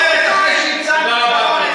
דוברת צה"ל אין לה קשר עם פוליטיקאים.